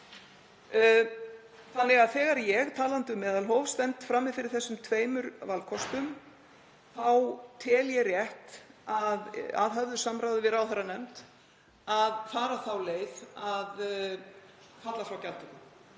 fyrir. Þegar ég, talandi um meðalhóf, stend frammi fyrir þessum tveimur valkostum tel ég rétt, að höfðu samráði við ráðherranefnd, að fara þá leið að falla frá gjaldtöku.